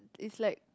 it's like